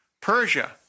Persia